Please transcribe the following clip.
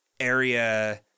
area